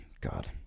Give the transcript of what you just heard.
God